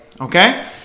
Okay